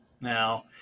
Now